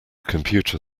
computer